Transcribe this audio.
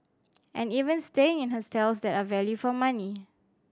and even staying in hostels that are value for money